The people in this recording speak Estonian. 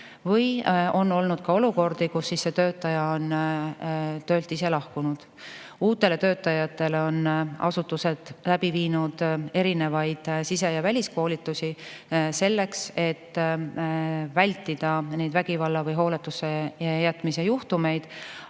On olnud ka olukordi, kus konkreetne töötaja on töölt ise lahkunud. Uutele töötajatele on asutused läbi viinud erinevaid sise- ja väliskoolitusi, et vältida vägivalla või hooletusse jätmise juhtumeid.